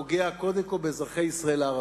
הדבר פוגע קודם כול באזרחי ישראל הערבים,